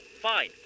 fine